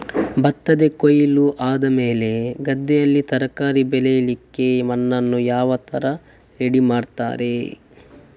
ಭತ್ತದ ಕೊಯ್ಲು ಆದಮೇಲೆ ಗದ್ದೆಯಲ್ಲಿ ತರಕಾರಿ ಬೆಳಿಲಿಕ್ಕೆ ಮಣ್ಣನ್ನು ಯಾವ ತರ ರೆಡಿ ಮಾಡ್ತಾರೆ?